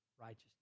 righteousness